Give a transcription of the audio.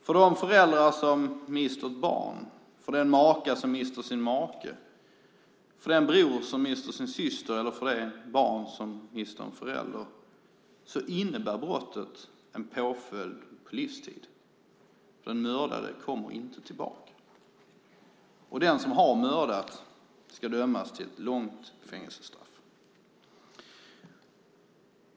För de föräldrar som mister ett barn, för den maka som mister sin make, för den bror som mister sin syster eller för det barn som mister en förälder innebär brottet en påföljd på livstid eftersom den mördade inte kommer tillbaka. Den som har mördat ska dömas till ett långt fängelsestraff.